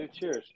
Cheers